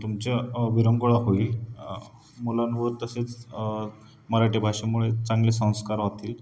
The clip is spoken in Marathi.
तुमच्या विरंगुळा होईल मुलांवर तसेच मराठी भाषेमुळे चांगले संस्कार होतील